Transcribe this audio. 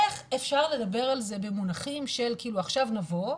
איך אפשר לדבר על זה במונחים שעכשיו נבוא,